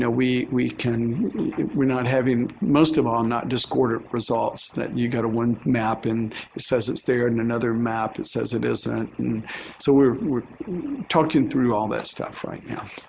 you know we we can we're not having most of all, i'm not discordant results that you got a one map and it says it's there and another map it says it isn't. and so we're we're talking through all that stuff right now.